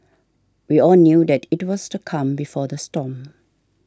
we all knew that it was the calm before the storm